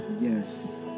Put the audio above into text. Yes